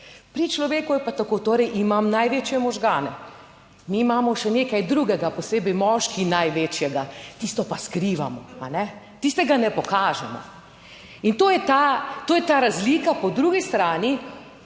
Pri človeku je pa tako. Torej, imam največje možgane, mi imamo še nekaj drugega, posebej moški največjega, tisto pa skrivamo, a ne, tistega ne pokažemo in to je ta, to je ta razlika, po drugi strani